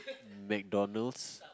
McDonalds